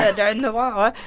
ah during the war.